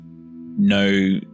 no